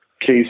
case